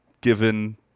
given